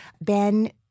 Ben